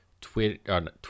Twitter